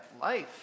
life